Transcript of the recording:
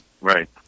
right